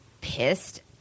pissed